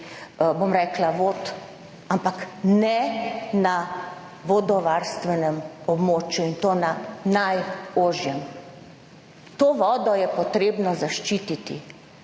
bom rekla, vod, ampak ne na vodovarstvenem območju in to na najožjem. To vodo je potrebno zaščititi